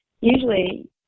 Usually